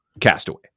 Castaway